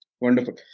Wonderful